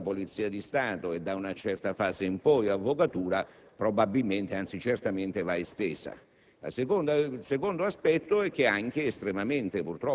dei sistemi utilizzati ai fini delle intercettazioni telefoniche. Proprio la modernità degli strumenti attualmente